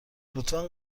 لطفا